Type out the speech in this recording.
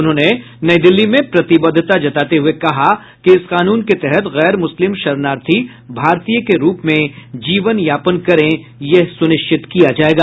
उन्होंने नई दिल्ली में प्रतिबद्धता जताते हुए कहा कि इस कानून के तहत गैर मुस्लिम शरणार्थी भारतीय के रूप में जीवनयापन करें यह सुनिश्चित किया जायेगा